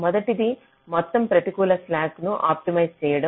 మొదటిది మొత్తం ప్రతికూల స్లాక్ ను ఆప్టిమైజ్ చేయడం